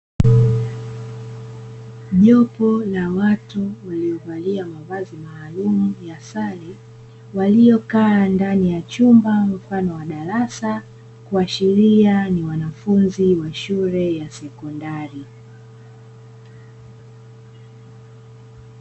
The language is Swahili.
Jopo la watu waliovalia mavazi maalumu ya sare, waliokaa ndani ya chumba mfano wa darasa, kuashiria ni wanafunzi wa shule ya sekondari.